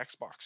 Xbox